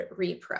repro